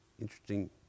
interesting